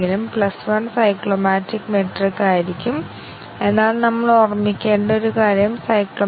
അതിനാൽ 1 3 1 plus 3 1 plus 2 എന്നിവ A B എന്നിവയുടെ സ്വതന്ത്രമായ വിലയിരുത്തൽ നേടുന്നു